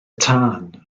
tân